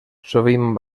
sovint